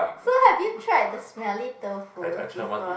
so have you tried the smelly tofu before